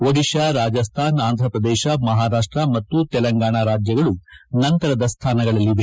ಒಡಿಶಾ ರಾಜಸ್ತಾನ್ ಆಂಧ್ರಪ್ರದೇಶ ಮಹಾರಾಷ್ಟ ಮತ್ತು ತೆಲಂಗಾಣ ರಾಜ್ಯಗಳು ನಂತರದ ಸ್ಥಾನಗಳಲ್ಲಿವೆ